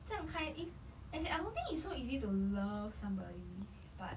这样开 I don't think it's so easy to love somebody but